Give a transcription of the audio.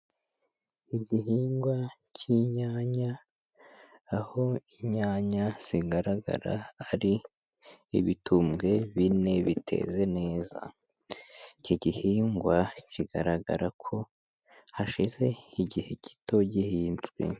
Igihingwa cy'inyanya, aho inyanya zigaragara ari ibitumbwe bine biteze neza, iki gihingwa kigaragara ko hashize igihe gito gihinzwe.